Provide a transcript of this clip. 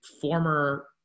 former